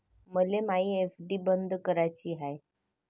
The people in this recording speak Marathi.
मले मायी एफ.डी बंद कराची हाय